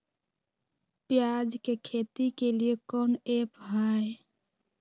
प्याज के खेती के लिए कौन ऐप हाय?